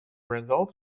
result